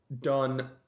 done